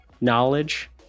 knowledge